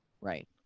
Right